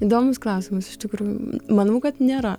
įdomus klausimas iš tikrųjų manau kad nėra